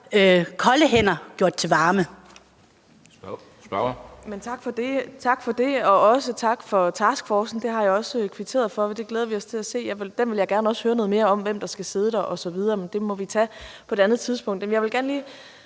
kolde hænder gjort til varme